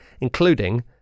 including